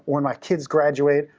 when my kids graduate,